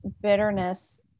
bitterness